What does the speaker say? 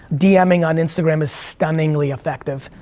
dming on instagram is stunningly effective,